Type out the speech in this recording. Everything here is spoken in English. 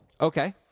Okay